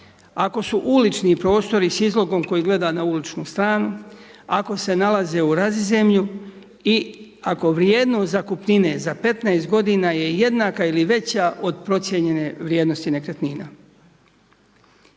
ako su ulični prostori sa izlogom koji gleda na uličnu stranu, ako se nalaze u razizemlju i ako vrijednost zakupnine za 15 g. je jednaka ili veća od procijenjene vrijednosti nekretnina.